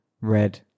Red